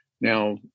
Now